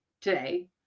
today